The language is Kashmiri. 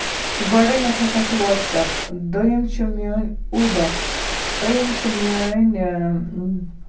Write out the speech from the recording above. گۄڈٕنیتھ ہسا چھُ واٹٕس اپ دوٚیُم چھُ میٲنۍ اوٗبر ترٛیِم چھِ میٲنۍ